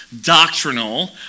doctrinal